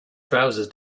trousers